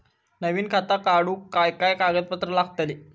नवीन खाता काढूक काय काय कागदपत्रा लागतली?